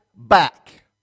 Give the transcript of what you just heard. back